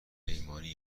پیمانی